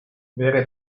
wäre